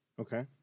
Okay